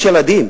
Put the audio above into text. יש ילדים,